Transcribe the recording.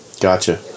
Gotcha